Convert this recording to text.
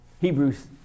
Hebrews